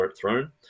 throne